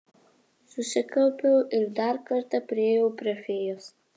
susikaupiau ir dar kartą priėjau prie fėjos